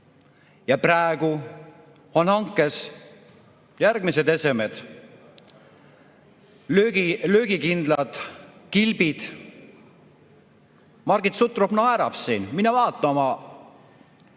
Praegu on hankes järgmised esemed: löögikindlad kilbid ... Margit Sutrop naerab siin. Mine vaata oma